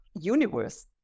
universe